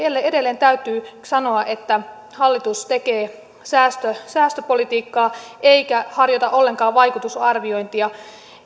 edelleen täytyy sanoa että hallitus tekee säästöpolitiikkaa eikä harjoita ollenkaan vaikutusarviointia